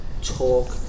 talk